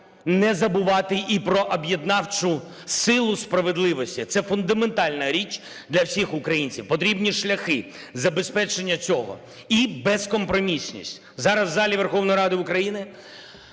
не забувати і про об'єднавчу силу справедливості. Це фундаментальна річ для всіх українців. Потрібні шляхи забезпечення цього і безкомпромісність. Зараз у залі Верховної Ради України